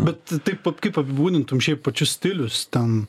bet taip kaip apibūdintum šiaip pačius stilius ten